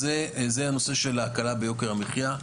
אז זה הנושא של ההקלה ביוקר המחייה.